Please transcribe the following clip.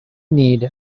need